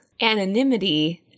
anonymity